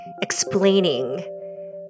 explaining